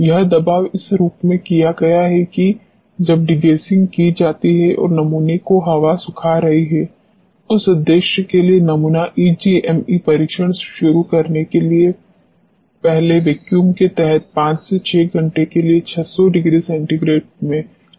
यह दबाव इस रूप में किया गया है की जब डिगेसिंग की जाती है और नमूने को हवा सूखा रही है इस उद्देश्य के लिए नमूना ईजीएमई परीक्षण शुरू करने से पहले वैक्यूम के तहत 5 से 6 घंटे के लिए 600 ℃ में डिगैस होता है ठीक है